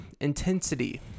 intensity